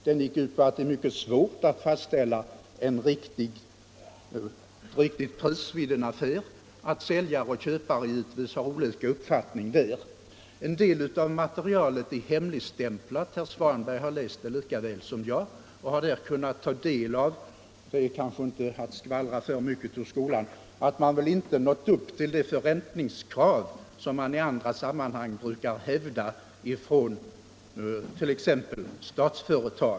Den gick ut på att det är svårt att fastställa ett riktigt pris vid en affär. Säljare och köpare har givetvis olika uppfattning. En del av materialet är hemligstämplat. Herr Svanberg har läst det lika väl som jag och har 183 där kunnat ta del av — det är väl inte att skvallra för mycket ur skolan —- att man inte nått upp till det förräntningskrav som Statsföretag i andra sammanhang brukar hävda.